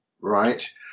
right